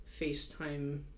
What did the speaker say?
facetime